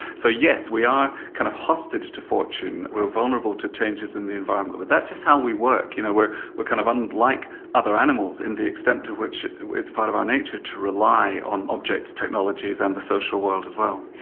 so yes we are kind of hostage to fortune, we're vulnerable to changes in the environment but that's just how we work, you know we're we're kind of unlike other animals in the extent to which it's part of our nature to rely on objects, technologies and the social world as well.